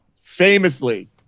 famously